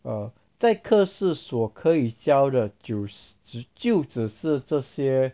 err 在课室所可以就就就只是这些